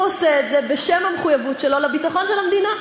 הוא עושה את זה בשם המחויבות שלו לביטחון של המדינה,